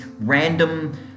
random